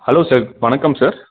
hello sir வணக்கம் sir